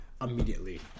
immediately